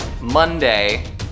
Monday